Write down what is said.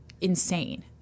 insane